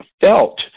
Felt